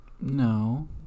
No